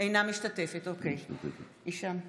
בהצבעה